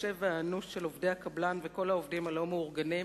הקשה והאנוש של עובדי הקבלן וכל העובדים הלא-מאורגנים,